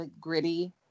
gritty